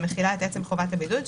שמכילה את עצם חובת הבידוד,